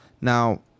Now